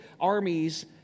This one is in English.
armies